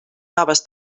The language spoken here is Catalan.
noves